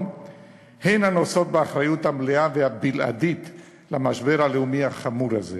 הן הנושאות באחריות המלאה והבלעדית למשבר הלאומי החמור הזה.